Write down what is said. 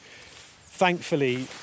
thankfully